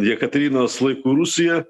jekaterinos laikų rusiją